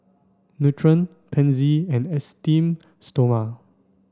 Nutren Pansy and Esteem stoma